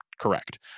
Correct